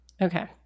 Okay